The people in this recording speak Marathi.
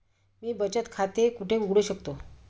मी बचत खाते कुठे उघडू शकतो?